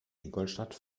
ingolstadt